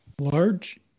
Large